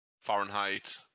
Fahrenheit